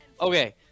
Okay